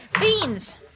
Beans